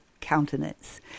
countenance